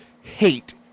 hate